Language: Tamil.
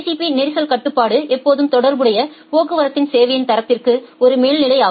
பி நெரிசல் கட்டுப்பாடு எப்போதும் தொடர்புடைய போக்குவரத்தின் சேவையின் தரத்திற்கு ஒரு மேல்நிலையாகும்